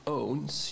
owns